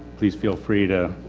please feel free to.